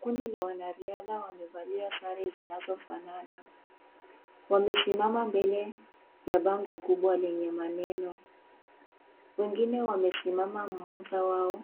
Kundi la wanariadha wamevalia sare zinazofanana. Wamesimama mbele ya bango kubwa lenye maneno. Wengine wamesimama mmoja wao